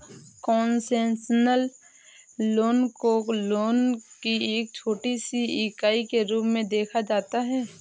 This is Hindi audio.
कोन्सेसनल लोन को लोन की एक छोटी सी इकाई के रूप में देखा जाता है